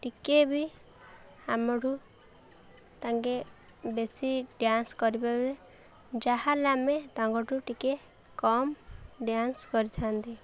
ଟିକେ ବି ଆମଠୁ ତାଙ୍କେ ବେଶୀ ଡ୍ୟାନ୍ସ କରିପାରେ ଯାହାହେଲେ ଆମେ ତାଙ୍କଠୁ ଟିକେ କମ୍ ଡ୍ୟାନ୍ସ କରିଥାନ୍ତି